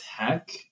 Tech